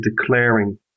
declaring